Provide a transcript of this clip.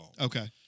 Okay